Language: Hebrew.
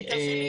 תרשה לי,